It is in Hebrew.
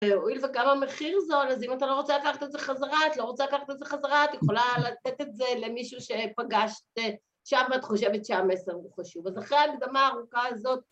והואיל וגם המחיר זול, אז אם אתה לא רוצה לקחת את זה חזרה, את לא רוצה לקחת את זה חזרה, את יכולה לתת את זה למישהו שפגשת שם, ואת חושבת שהמסר הוא חשוב. אז אחרי ההקדמה הארוכה הזאת,